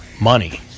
money